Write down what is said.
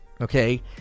okay